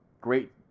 great